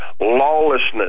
Lawlessness